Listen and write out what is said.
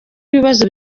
ibibazo